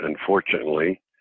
Unfortunately